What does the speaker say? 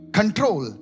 control